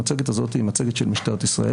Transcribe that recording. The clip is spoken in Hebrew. המצגת הזאת היא מצגת של משטרת ישראל